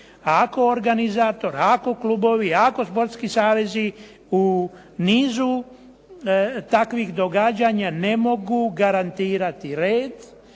Ako organizator, ako klubovi, ako sportski savezi u nizu takvih događanja ne mogu garantirati red,